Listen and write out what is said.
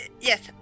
Yes